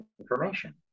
information